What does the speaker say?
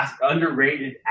underrated